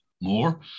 more